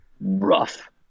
rough